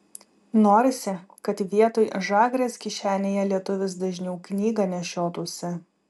norisi kad vietoj žagrės kišenėje lietuvis dažniau knygą nešiotųsi